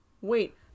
wait